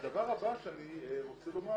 הדבר הבא שאני רוצה לומר